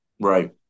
Right